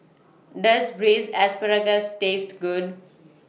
Does Braised Asparagus Taste Good